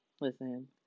Listen